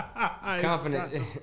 Confident